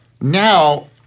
now